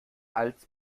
als